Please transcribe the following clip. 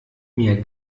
mir